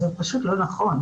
זה פשוט לא נכון,